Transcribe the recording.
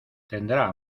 tendrá